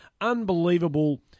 unbelievable